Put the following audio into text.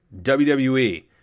WWE